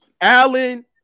Allen